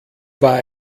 war